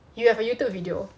you have a youtube video